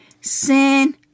Sin